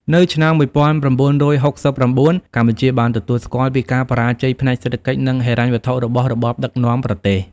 នៅឆ្នាំ១៩៦៩ កម្ពុជាបានទទួលស្គាល់ពីការបរាជ័យផ្នែកសេដ្ឋកិច្ច និងហិរញ្ញវត្ថុរបស់របបដឹកនាំប្រទេស។